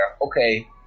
Okay